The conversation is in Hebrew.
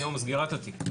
מיום סגירת התיק,